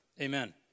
Amen